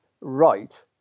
right